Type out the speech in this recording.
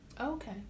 okay